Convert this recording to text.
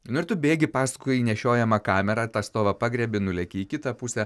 nu ir tu bėgi paskui nešiojamą kamerą tą stovą pagriebi nuleki į kitą pusę